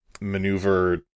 maneuver